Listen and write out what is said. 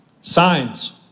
Signs